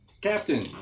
Captain